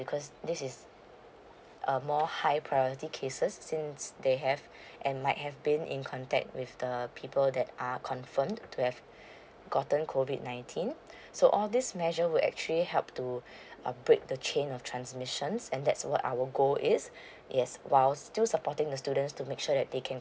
because this is err more high priority cases since they have and like have been in contact with the people that are confirmed to have gotten COVID nineteen so all this measure will actually help to err break the chain of transmissions and that's what our goal is yes while still supporting the students to make sure that they can